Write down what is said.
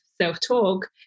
self-talk